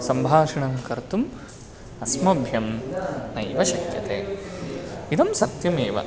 सम्भाषणं कर्तुम् अस्मभ्यं नैव शक्यते इदं सत्यमेव